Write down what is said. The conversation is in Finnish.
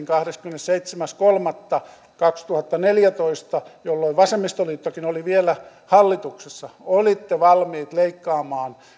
kahdeskymmenesseitsemäs kolmatta kaksituhattaneljätoista jolloin vasemmistoliittokin oli vielä hallituksessa olitte valmiit leikkaamaan